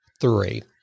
three